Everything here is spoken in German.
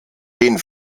den